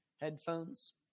headphones